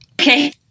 Okay